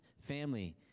family